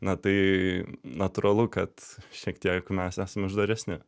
na tai natūralu kad šiek tiek mes esam uždaresni